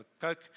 Coke